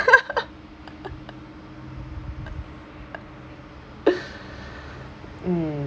mm